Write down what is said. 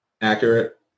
accurate